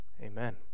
amen